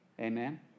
Amen